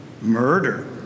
murder